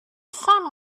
sun